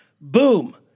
Boom